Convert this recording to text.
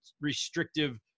restrictive